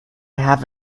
have